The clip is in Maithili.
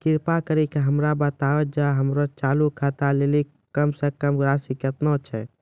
कृपा करि के हमरा बताबो जे हमरो चालू खाता लेली कम से कम राशि केतना छै?